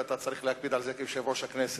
ואתה צריך להקפיד על זה כיושב-ראש הכנסת,